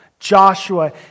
Joshua